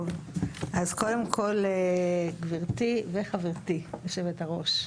טוב, אז קודם כל גבירתי וחברתי, יושבת הראש,